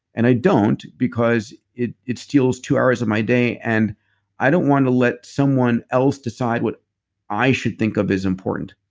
and i don't because it it steals two hours of my day. and i don't wanna let someone else decide what i should think of as important.